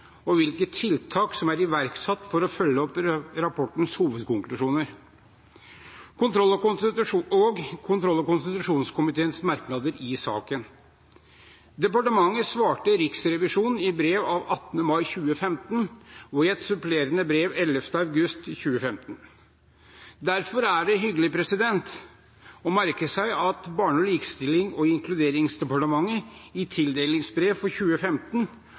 og inkluderingsdepartementet gjøre rede for status og hvilke tiltak som er iverksatt for å følge opp rapportens hovedkonklusjoner og kontroll- og konstitusjonskomiteen merknader i saken. Departementet svarte Riksrevisjonen i brev av 18. mai 2015 og i et supplerende brev 11. august 2015. Derfor er det hyggelig å merke seg at Barne-, likestillings- og inkluderingsdepartementet i tildelingsbrev for 2015